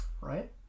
Right